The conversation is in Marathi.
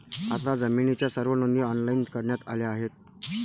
आता जमिनीच्या सर्व नोंदी ऑनलाइन करण्यात आल्या आहेत